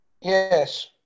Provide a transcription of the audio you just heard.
Yes